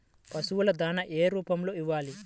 పశువుల దాణా ఏ రూపంలో ఇవ్వాలి?